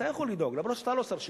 אתה יכול לדאוג, אף שאתה לא שר השיכון,